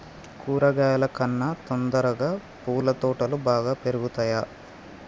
కూరగాయల కన్నా తొందరగా పూల తోటలు బాగా పెరుగుతయా?